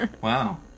Wow